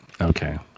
Okay